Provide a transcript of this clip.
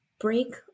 break